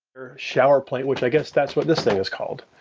shower plate, which, i guess that's what this thing is called.